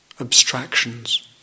abstractions